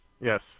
Yes